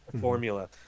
formula